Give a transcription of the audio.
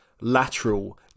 lateral